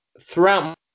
throughout